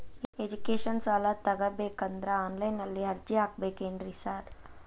Education ಸಾಲ ತಗಬೇಕಂದ್ರೆ online ನಲ್ಲಿ ಅರ್ಜಿ ಹಾಕ್ಬೇಕೇನ್ರಿ ಸಾರ್?